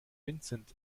vincent